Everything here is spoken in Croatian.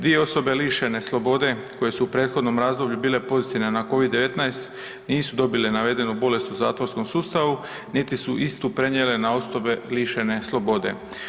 Dvije osobe lišene slobode koje su u prethodnom razdoblju bile pozitivne na Covid-19 nisu dobile navedenu bolest u zatvorskom sustavu niti su istu prenijele na osobe lišene slobode.